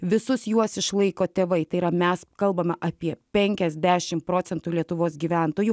visus juos išlaiko tėvai tai yra mes kalbame apie penkiasdešim procentų lietuvos gyventojų